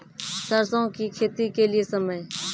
सरसों की खेती के लिए समय?